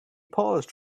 paused